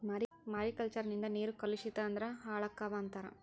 mariculture ನಿಂದ ನೇರು ಕಲುಷಿಸ ಅಂದ್ರ ಹಾಳಕ್ಕಾವ ಅಂತಾರ